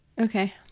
Okay